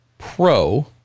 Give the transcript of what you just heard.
Pro